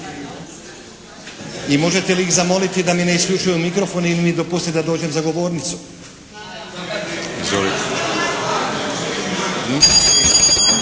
I možete li ih zamoliti da mi ne isključuju mikrofon ili mi dopustite da dođem za govornicu.